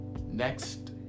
Next